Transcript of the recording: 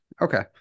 Okay